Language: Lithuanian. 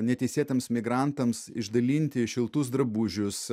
neteisėtiems migrantams išdalinti šiltus drabužius